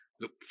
look